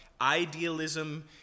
idealism